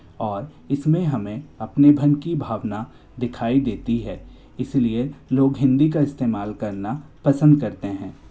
और इस में हमें अपने मन की भावना दिखाई देती है इस लिए लोग हिंदी का इस्तेमाल करना पसंद करते हैं